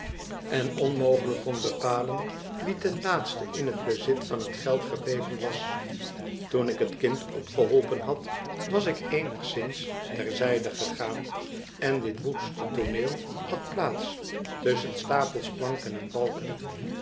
kon bepalen wie ten laatste in het bezit van het geld gebleven was toen ik het kind opgeholpen had was ik eenigszins ter zijde gegaan en dit woeste tooneel had plaats tusschcn stapels planken en balken